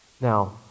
Now